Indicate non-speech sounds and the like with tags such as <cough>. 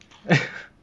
<laughs>